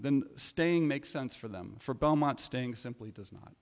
then staying makes sense for them for belmont staying simply does not